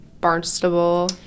Barnstable